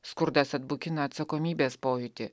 skurdas atbukina atsakomybės pojūtį